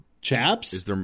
Chaps